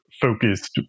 focused